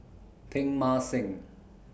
Teng Mah Seng